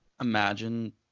imagine